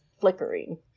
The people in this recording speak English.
flickering